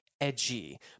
edgy